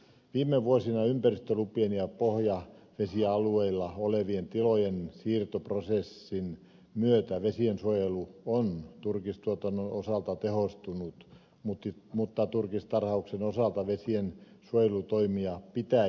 viime vuosina ympäristölupien ja pohjavesialueilla olevien tilojen siirtoprosessin myötä vesiensuojelu on turkistuotannon osalta tehostunut mutta turkistarhauksen osalta vesien suojelutoimia pitää jatkaa